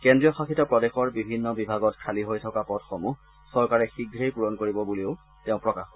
কেন্দ্ৰীয় শাসিত প্ৰদেশৰ বিভিন্ন বিভাগত খালী হৈ থকা পদসমূহ চৰকাৰে শীঘ্ৰেই পূৰণ কৰিব বুলিও তেওঁ প্ৰকাশ কৰে